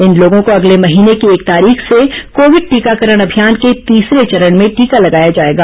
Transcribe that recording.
इन लोगों को अगले महीने की एक तारीख से कोविड टीकाकरण अभियान के तीसरे चरण में टीका लगाया जाएगा